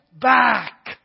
back